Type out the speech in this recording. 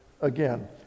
again